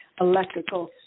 electrical